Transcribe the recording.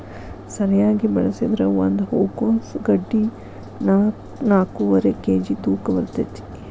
ಸರಿಯಾಗಿ ಬೆಳಸಿದ್ರ ಒಂದ ಹೂಕೋಸ್ ಗಡ್ಡಿ ನಾಕ್ನಾಕ್ಕುವರಿ ಕೇಜಿ ತೂಕ ಬರ್ತೈತಿ